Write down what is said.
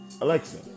Alexa